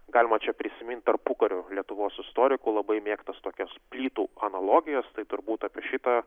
galima čia prisimint tarpukario lietuvos istorikų labai mėgtas tokias plytų analogijas tai turbūt apie šitą